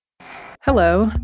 Hello